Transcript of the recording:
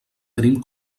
tenim